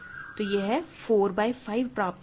तो यह 4 बाय 5 प्राप्त होता है